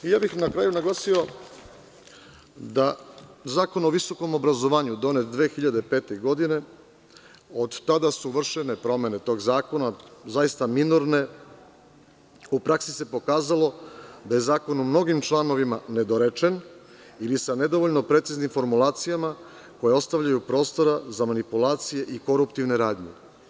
Na kraju bih naglasio da Zakon o visokom obrazovanju, donet 2005. godine, od tada su vršene promene tog zakona zaista minorne, u praksi se pokazalo da je zakon u mnogim članovima nedorečen ili sa nedovoljno preciznim formulacijama koje ostavljaju prostora za manipulacije i koruptivne radnje.